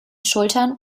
schultern